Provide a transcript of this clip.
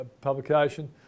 publication